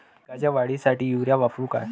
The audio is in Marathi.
पिकाच्या वाढीसाठी युरिया वापरू का?